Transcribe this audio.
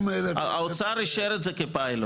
האוצר אישר את זה כפיילוט.